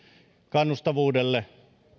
kannustavuudelle